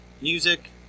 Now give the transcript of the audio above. music